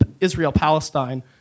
Israel-Palestine